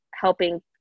helping